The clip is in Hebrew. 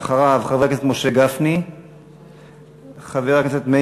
אחריו, חבר הכנסת משה גפני.